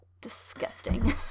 Disgusting